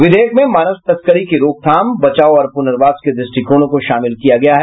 विधेयक में मानव तस्करी की रोकथाम बचाव और पुनर्वास के दृष्टिकोणों को शामिल किया गया है